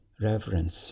reverence